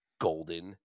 Golden